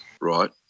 right